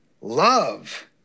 Love